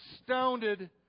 astounded